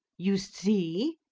you see!